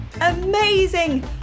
Amazing